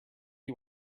you